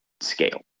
scale